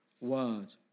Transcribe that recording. word